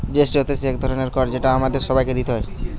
GST হতিছে এক ধরণের কর যেটা আমাদের সবাইকে দিতে হয়